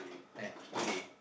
uh really